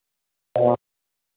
हाँ